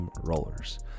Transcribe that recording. Rollers